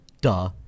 duh